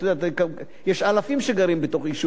יש אלפים שגרים בתוך אישור,